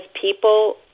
people